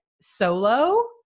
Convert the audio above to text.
solo